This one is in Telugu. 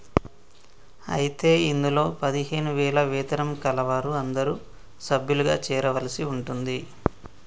అయితే ఇందులో పదిహేను వేల వేతనం కలవారు అందరూ సభ్యులుగా చేరవలసి ఉంటుంది